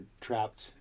trapped